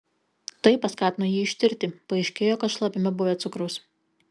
tai paskatino jį ištirti paaiškėjo kad šlapime buvę cukraus